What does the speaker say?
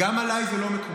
גם עליי זה לא מקובל.